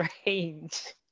strange